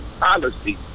policy